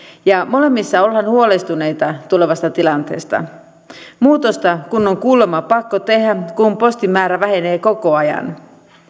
ja molemmissa ollaan huolestuneita tulevasta tilanteesta muutosta kun on kuulemma pakko tehdä kun postin määrä vähenee koko ajan